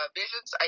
visions